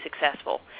successful